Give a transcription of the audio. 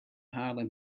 halen